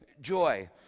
joy